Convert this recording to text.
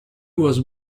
was